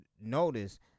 notice